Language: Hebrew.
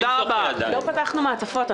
לא פתחנו מעטפות.